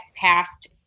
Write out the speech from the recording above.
passed